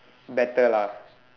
better lah